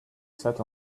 sat